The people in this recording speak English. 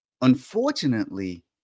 Unfortunately